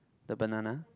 the banana